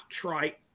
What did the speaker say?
try